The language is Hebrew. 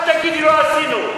אל תגיד שלא עשינו.